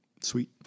Sweet